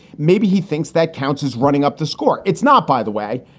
maybe he thinks that counts as running up the score. it's not. by the way,